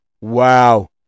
Wow